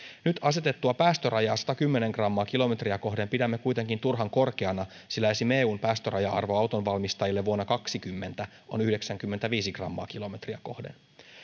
nyt asetettua päästörajaa satakymmentä grammaa kilometriä kohden pidämme kuitenkin turhan korkeana sillä esimerkiksi eun päästöraja arvo autonvalmistajille vuonna kaksikymmentä on yhdeksänkymmentäviisi grammaa kilometriä kohden